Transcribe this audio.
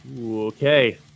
Okay